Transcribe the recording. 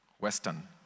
Western